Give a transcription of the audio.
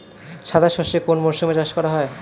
সাদা সর্ষে কোন মরশুমে চাষ করা হয়?